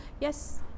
yes